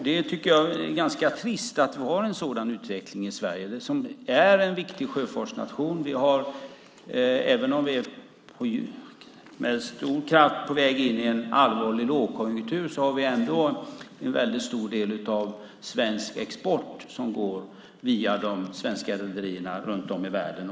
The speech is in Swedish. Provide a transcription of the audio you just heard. Det är trist att vi har en sådan utveckling i Sverige. Det är en viktig sjöfartsnation. Även om vi med stor kraft är på väg in i en allvarlig lågkonjunktur har vi ändå en stor del av svensk export som går via de svenska rederierna runt om i världen.